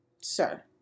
Sir